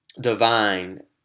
divine